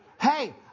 hey